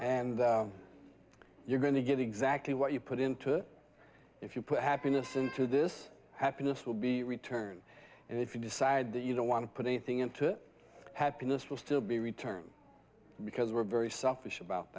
that you're going to get exactly what you put into if you put happiness into this happiness will be returned and if you decide that you don't want to put anything into it happiness will still be returned because we're very selfish about